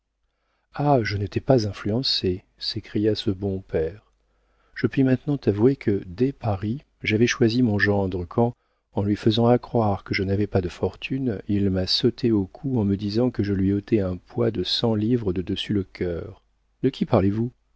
ah je ne t'ai pas influencée s'écria ce bon père je puis maintenant t'avouer que dès paris j'avais choisi mon gendre quand en lui faisant accroire que je n'avais pas de fortune il m'a sauté au cou en me disant que je lui ôtais un poids de cent livres de dessus le cœur de qui parlez-vous